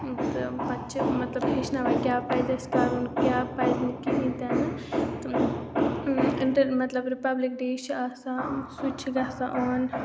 تہٕ پَتہٕ چھِ مطلب ہیٚچھناوان کیٛاہ پَزِ اَسہِ کَرُن کیٛاہ پَزِ نہٕ کِہیٖنۍ تہِ نہٕ مطلب رِپَبلِک ڈے چھِ آسان سُہ تہِ چھِ گَژھان آن